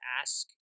ask